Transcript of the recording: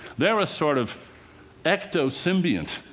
they're a sort of ectosymbiont.